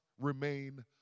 remain